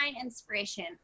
inspiration